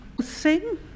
Sing